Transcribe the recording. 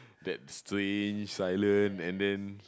that strange silent and then